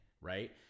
right